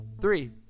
Three